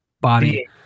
body